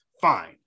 fine